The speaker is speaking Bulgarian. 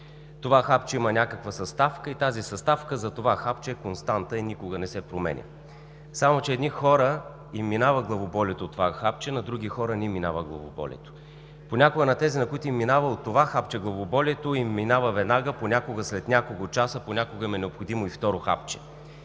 Това хапче има някаква съставка и тази съставка за това хапче е константа и никога не се променя. Само че на едни хора им минава главоболието от това хапче, на други хора не им минава. Понякога на тези, на които им минава главоболието от това хапче, им минава веднага, понякога – след няколко часа, понякога им е необходимо и второ хапче.